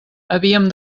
havíem